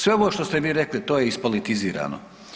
Sve ovo što ste mi rekli to je ispolitizirano.